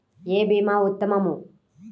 ఏ భీమా ఉత్తమము?